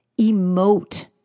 Emote